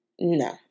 no